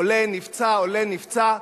עולה, נפצע, עולה, נפצע.